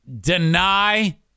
Deny